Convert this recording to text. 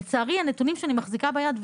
לצערי הנתונים שאני מחזיקה ביד,